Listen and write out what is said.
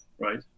right